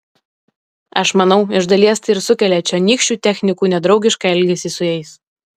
aš manau iš dalies tai ir sukelia čionykščių technikų nedraugišką elgesį su jais